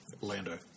Lando